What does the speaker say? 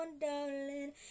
darling